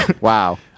wow